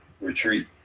retreat